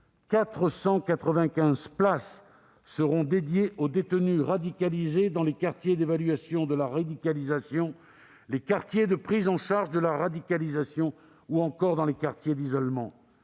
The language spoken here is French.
495 places seront dédiées aux détenus radicalisés dans les quartiers d'évaluation de la radicalisation, les quartiers de prise en charge de la radicalisation ou encore dans les quartiers d'isolement.